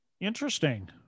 Interesting